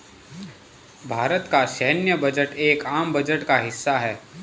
भारत का सैन्य बजट एक आम बजट का हिस्सा है